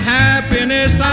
happiness